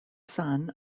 son